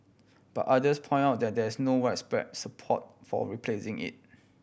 but others point out there there is no widespread support for replacing it